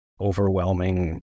overwhelming